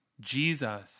Jesus